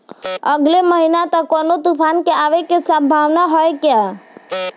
अगले महीना तक कौनो तूफान के आवे के संभावाना है क्या?